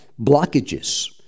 blockages